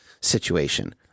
situation